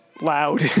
Loud